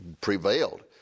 prevailed